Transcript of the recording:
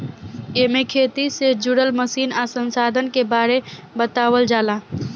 एमे खेती से जुड़ल मशीन आ संसाधन के बारे बतावल जाला